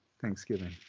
Thanksgiving